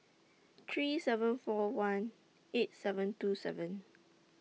three seven four one eight seven two seven